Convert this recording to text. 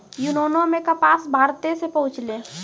यूनानो मे कपास भारते से पहुँचलै